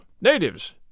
natives